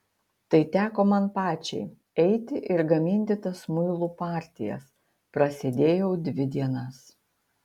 tai teko man pačiai eiti ir gaminti tas muilų partijas prasėdėjau dvi dienas